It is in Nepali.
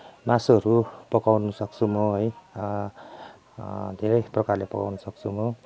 मासुहरू पकाउनु सक्छु म है धेरै प्रकारले पकाउन सक्छु म